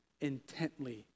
intently